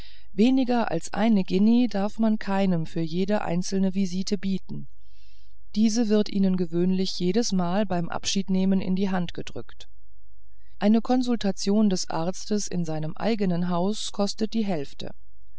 weniger als eine guinee dar man keinem für jede einzelne visite bieten diese wird ihnen gewöhnlich jedes mal beim abschiednehmen in die hand gedrückt eine konsultation des arztes in seinem eigenen hause kostet die hälfte